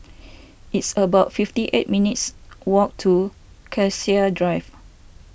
it's about fifty eight minutes' walk to Cassia Drive